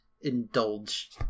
indulge